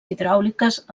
hidràuliques